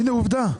הנה, עובדה.